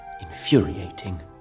infuriating